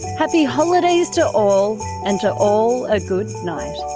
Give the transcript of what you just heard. happy holidays to all, and to all a good night.